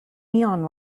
neon